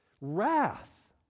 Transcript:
Wrath